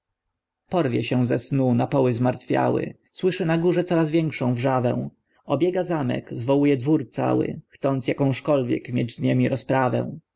porwie się ze snu na poły zmartwiały słyszy na górze coraz większą wrzawę obiega zamek zwołuje dwór cały chcąc jakążkolwiek mieć z niemi rozprawę